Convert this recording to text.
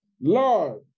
Lord